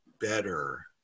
better